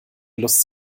lust